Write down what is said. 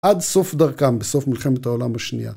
עד סוף דרכם, בסוף מלחמת העולם השנייה.